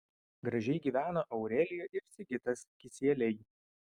gražiai gyvena aurelija ir sigitas kisieliai